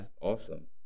awesome